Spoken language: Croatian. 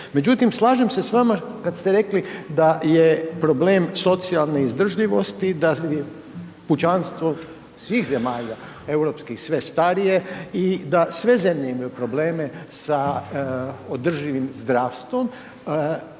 Međutim slažem se s vama kad ste rekli da je problem socijalne izdržljivosti, da pučanstvo svih zemalja europskih sve starije i da sve zemlje imaju probleme sa održivim zdravstvom.